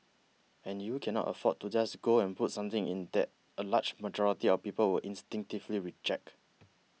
and you cannot afford to just go and put something in that a large majority of people will instinctively reject